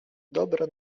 dobra